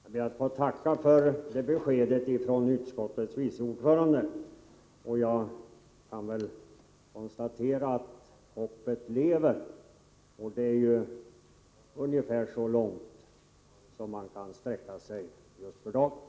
Herr talman! Jag ber att få tacka för det beskedet från utskottets vice ordförande. Jag kan väl konstatera att hoppet lever. Det är ju ungefär så långt som man kan sträcka sig för dagen.